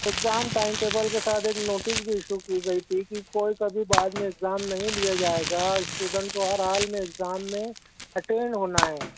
exam time table کے ساتھ ایک نوٹس بھی اشو کی گئی تھی کہ کوئی کبھی بعد میں ایگزام نہیں لیا جائے گا اسٹوڈنٹ کو ہر حال میں ایگزام میں اٹینڈ ہونا ہے